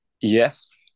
yes